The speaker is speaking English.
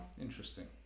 interesting